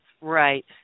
Right